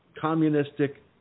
communistic